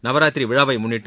நவராத்திரி விழாவை முன்னிட்டு